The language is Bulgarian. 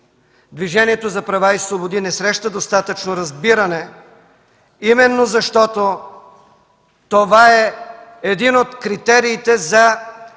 Движението за права и свободи не среща достатъчно разбиране, именно защото това е един от критериите за недостатъчната